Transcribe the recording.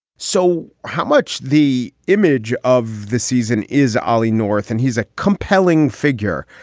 so how much the image of the season is ollie north and he's a compelling figure.